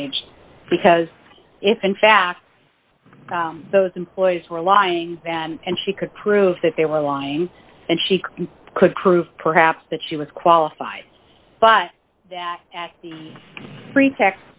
stage because if in fact those employees were lying and she could prove that they were lying and she could prove perhaps that she was qualified but that prete